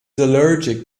allergic